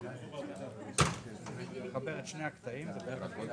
לפצל את זה.